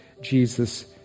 Jesus